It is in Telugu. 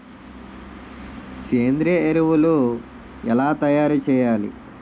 సేంద్రీయ ఎరువులు ఎలా తయారు చేయాలి?